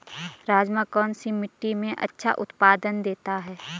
राजमा कौन सी मिट्टी में अच्छा उत्पादन देता है?